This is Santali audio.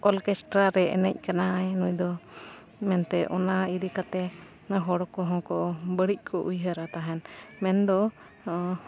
ᱚᱨᱠᱮᱥᱴᱨᱟ ᱨᱮ ᱮᱱᱮᱡ ᱠᱟᱱᱟᱭ ᱱᱩᱭ ᱫᱚ ᱢᱮᱱᱛᱮ ᱚᱱᱟ ᱤᱫᱤ ᱠᱟᱛᱮ ᱦᱚᱲ ᱠᱚᱦᱚᱸ ᱠᱚ ᱵᱟᱹᱲᱤᱡ ᱠᱚ ᱩᱭᱦᱟᱹᱨᱟ ᱛᱟᱦᱮᱱ ᱢᱮᱱᱫᱚ